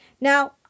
Now